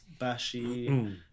Bashy